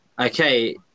Okay